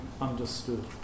understood